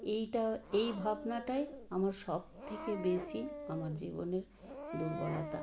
এইটা এই ভাবনাটাই আমার সবথেকে বেশি আমার জীবনের দুর্বলতা